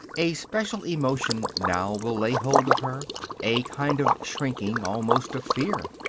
a special emotion, now, will lay hold of her a kind of shrinking, almost of fear.